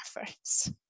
efforts